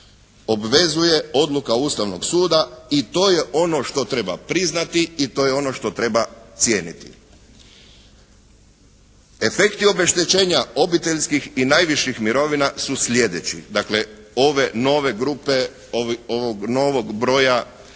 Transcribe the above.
obvezuje odluka Ustavnog suda. I to je ono što treba priznati i to je ono što treba cijeniti. Efekti obeštećenja obiteljskih i najviših mirovina, dakle ove nove grupe, ovog novog broja